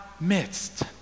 midst